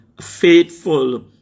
faithful